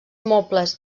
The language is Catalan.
mobles